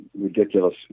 ridiculous